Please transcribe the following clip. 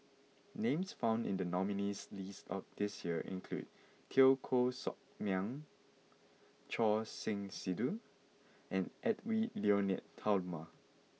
names found in the nominees' list this year include Teo Koh Sock Miang Choor Singh Sidhu and Edwy Lyonet Talma